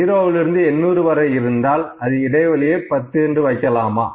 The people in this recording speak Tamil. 0 லிருந்து 800 வரை இருந்தால் அதில் இடைவெளியை 10 என்று வைக்கலாமா